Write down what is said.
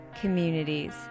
communities